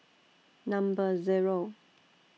Number Zero